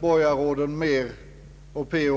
Borgarråden Mehr,